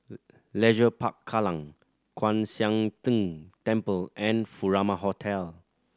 Leisure Park Kallang Kwan Siang Tng Temple and Furama Hotel